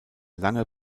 lange